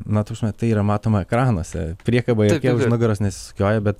na ta prasme tai yra matoma ekranuose priekaba jokia už nugaros nesisukioja bet